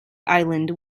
island